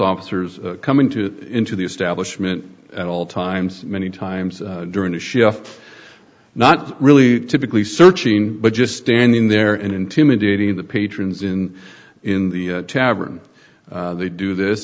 officers coming to into the establishment at all times many times during a chef not really typically searching but just standing there and intimidating the patrons in in the tavern they do this